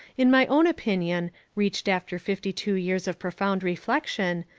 in my own opinion, reached after fifty-two years of profound reflection,